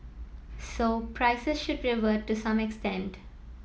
so price should revert to some extent